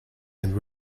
and